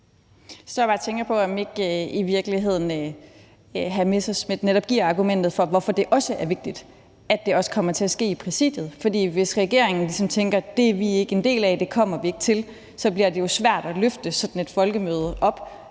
bare og tænker på, om ikke hr. Morten Messerschmidt i virkeligheden netop giver argumentet for, hvorfor det også er vigtigt, at det kommer til at ske i Præsidiet. For hvis regeringen ligesom tænker, at det er vi ikke en del af og det kommer vi ikke til, så bliver det jo svært at løfte sådan et folkemøde op